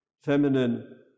feminine